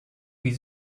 wie